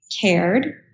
cared